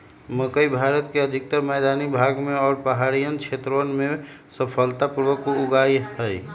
मकई भारत के अधिकतर मैदानी भाग में और पहाड़ियन क्षेत्रवन में सफलता पूर्वक उगा हई